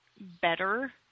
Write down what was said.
better